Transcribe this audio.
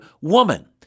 Woman